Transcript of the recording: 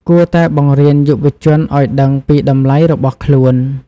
គួរតែបង្រៀនយុវជនឱ្យដឹងពីតម្លៃរបស់ខ្លួន។